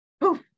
poof